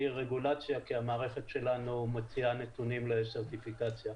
רגולציה כי המערכת שלנו מוציאה נתונים לסרטיפיקציה.